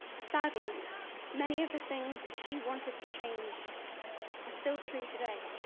sadly many of the things that she wanted to change are still true today.